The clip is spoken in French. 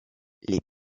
les